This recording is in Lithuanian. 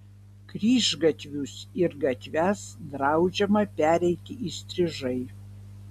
kryžgatvius ir gatves draudžiama pereiti įstrižai